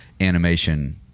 animation